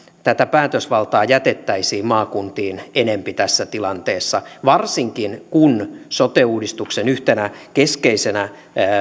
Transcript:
tätä päätösvaltaa jätettäisiin maakuntiin enempi tässä tilanteessa varsinkin kun sote uudistuksen yhtenä keskeisenä